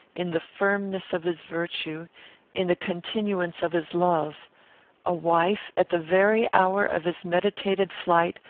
in the firmness of his virtue in the continuance of his love a wife, at the very hour of his meditated flight,